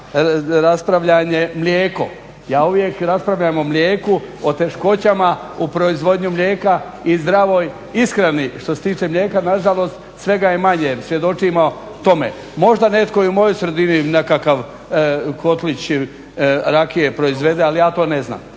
raspravljanje mlijeko. Ja uvijek raspravljam o mlijeku, o teškoćama u proizvodnji mlijeka i zdravoj ishrani. Što se tiče mlijeka na žalost svega je manje. Svjedočimo tome. Možda netko i u mojoj sredini nekakav kotlić rakije proizvede, ali ja to ne znam.